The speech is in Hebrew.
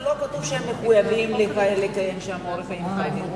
לא כתוב שם שהם מחויבים לקיים אורח חיים חרדי.